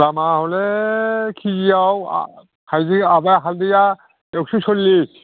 दामा हले केजियाव हायजें आबा हायजेङा एकस' सल्लिस